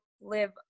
live